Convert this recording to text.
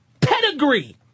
pedigree